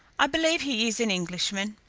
i believe he is an englishman.